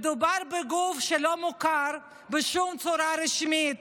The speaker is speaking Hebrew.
מדובר בגוף שלא מוכר בשום צורה רשמית,